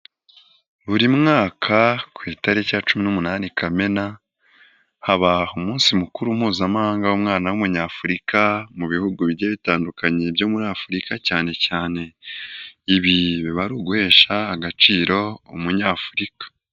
Buri mwaka ku itariki ya cumi n'umunani kamena haba umunsi mukuru mpuzamahanga w'umwana w'umunyafurika mu bihugu bigiye bitandukanye byo muri Afurika cyane cyane, ibi biba ari uguhesha agaciro umunyafurika.